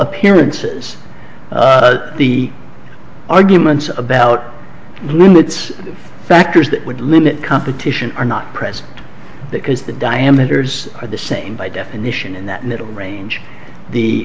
appearances the arguments about limits factors that would limit competition are not present because the diameters are the same by definition in that middle range the